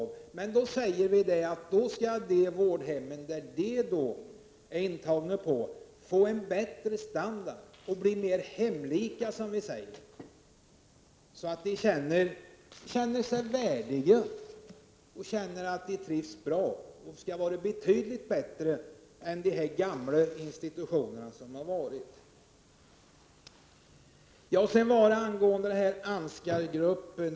Men då skall de vårdhem där de handikappade är intagna få bättre standard och bli mer hemlika, så att de handikappade får en värdig tillvaro och trivs bra. Det skall vara betydligt bättre standard än på de gamla institutioner som vi har haft. Sedan till detta angående Ansgargruppen.